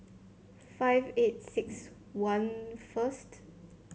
five eight six one first